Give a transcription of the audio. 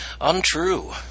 Untrue